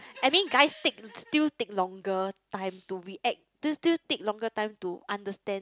I mean guys take still take longer time to react still still take longer time to understand